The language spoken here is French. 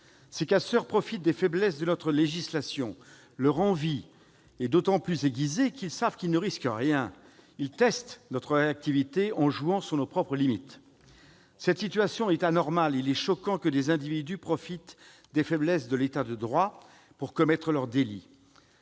Ces casseurs profitent des faiblesses de notre législation. Leur envie est d'autant plus aiguisée qu'ils savent qu'ils ne risquent rien. Ils testent notre réactivité en jouant sur nos propres limites. Cette situation est anormale. Il est choquant que des individus profitent des faiblesses de l'État de droit pour commettre leurs délits.